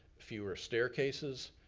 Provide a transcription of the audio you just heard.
fewer staircases,